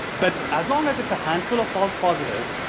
but as long as it's a handful of false positive,